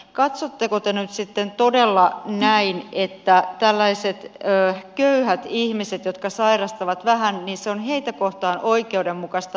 katsotteko te nyt sitten todella näin että tällaisia köyhiä ihmisiä kohtaan jotka sairastavat vähän se on oikeudenmukaista